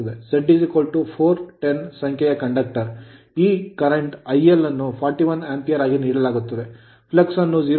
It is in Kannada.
Z 410 ಸಂಖ್ಯೆಯ ಕಂಡಕ್ಟರ್ ಈ current ಕರೆಂಟ್ IL ಅನ್ನು 41 Ampere ಆಂಪಿಯರ್ ಆಗಿ ನೀಡಲಾಗುತ್ತದೆ flux ಫ್ಲಕ್ಸ್ ಅನ್ನು 0